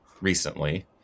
recently